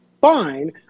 fine